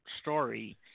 story